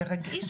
אני